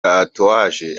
tatouage